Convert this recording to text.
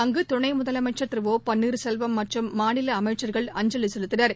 அங்கு துணை முதலமைச்சர் திரு ஒ பள்ளீர்செல்வம் மற்றும் மாநில அமைச்சர்கள் அஞ்சலி செலுத்தினர்